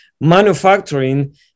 manufacturing